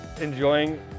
enjoying